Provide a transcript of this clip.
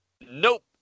Nope